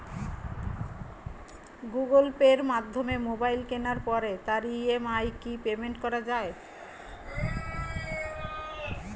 Google পের মাধ্যমে mobile কেনার পরে তার ই.এম.আই কি পেমেন্ট করা যায়?